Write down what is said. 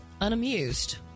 unamused